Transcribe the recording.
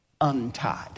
untied